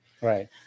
Right